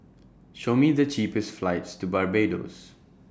Show Me The cheapest flights to Barbados